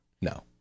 No